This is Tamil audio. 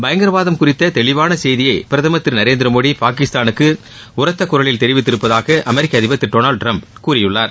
பயங்கரவாதம் குறித்த தெளிவான செய்தியை பிரதமர் திரு நரேந்திரமோடி பாகிஸ்தானுக்கு உரத்த குரலில் தெரிவித்திருப்பதாக அமெரிக்க அதிபர் திரு டொனால்டு டிரம்ப் கூறியுள்ளார்